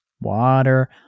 water